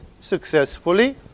successfully